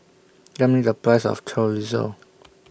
Tell Me The Price of Chorizo